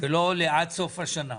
ולא לעד סוף השנה,